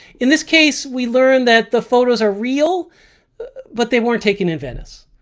in this case we learned that the photos are real but they weren't taken in venice.